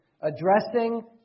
Addressing